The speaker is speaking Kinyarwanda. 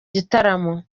gitaramo